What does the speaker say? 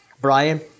Brian